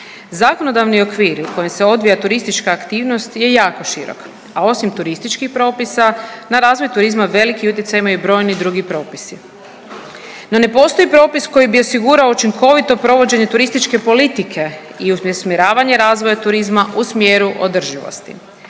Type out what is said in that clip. Zakonodavni okvir u kojem se odvija turistička aktivnost je jako široka, a osim turističkih propisa na razvoj turizma veliki utjecaj imaju brojni drugi propisi. No ne postoji propis koji bi osigurao učinkovito provođenje turističke politike i usmjeravanje razvoja turizma u smjeru održivosti.